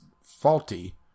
faulty